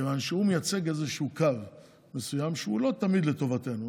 כיוון שהוא מייצג איזשהו קו מסוים שהוא לא תמיד לטובתנו.